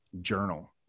journal